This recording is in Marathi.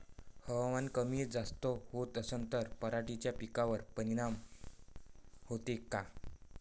हवामान कमी जास्त होत असन त पराटीच्या पिकावर परिनाम होते का?